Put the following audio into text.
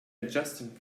adjusting